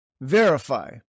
verify